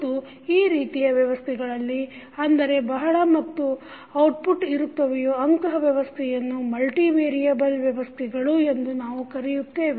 ಮತ್ತು ಈ ರೀತಿಯ ವ್ಯವಸ್ಥೆಗಳಲ್ಲಿ ಅಂದರೆ ಬಹಳ ಮತ್ತು ಔಟ್ಪುಟ್ ಇರುತ್ತವೆಯೋ ಅಂತಹ ವ್ಯವಸ್ಥೆಯನ್ನು ಮಲ್ಟಿ ವೇರಿಯಬಲ್ ವ್ಯವಸ್ಥೆಗಳು multivariable system ಎಂದು ನಾವು ಕರೆಯುತ್ತೇವೆ